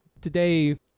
today